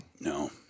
No